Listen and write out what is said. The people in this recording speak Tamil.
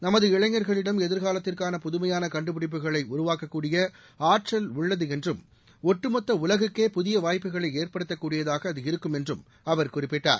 நமது இளைஞர்களிடம் எதிர்காலத்திற்கான புதுமையான கண்டுபிடிப்புகளை உருவாக்கக்கூடிய ஆற்றல் உள்ளது என்றும் ஒட்டு மொத்த உலகுக்கே புதிய வாய்ப்புகளை ஏற்படுத்தக்கூடியதாக அது இருக்கும் என்றும் அவர் குறிப்பிட்டார்